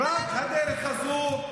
רק הדרך הזאת.